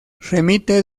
remite